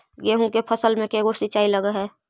गेहूं के फसल मे के गो सिंचाई लग हय?